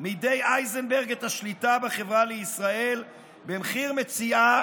מידי אייזנברג את השליטה בחברה לישראל במחיר מציאה